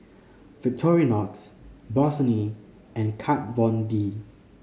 Victorinox Bossini and Kat Von D